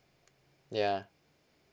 ya